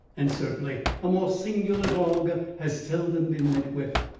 and certainly a more singular dog has seldom been met with.